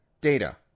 Data